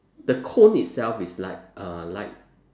the cone itself is light uh light